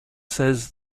says